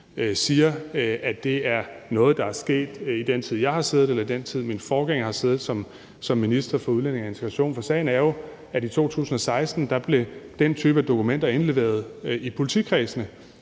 siger, at det er noget, der er sket i den tid, jeg har siddet, eller i den tid, min forgænger har siddet som minister for udlændinge og integration. For sagen er jo, at i 2016 blev den type af dokumenter indleveret i politikredsene,